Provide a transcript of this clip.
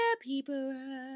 people